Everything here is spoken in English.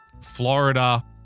Florida